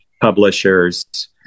publishers